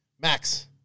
Max